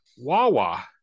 wawa